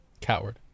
Coward